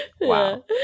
Wow